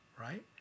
right